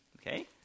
okay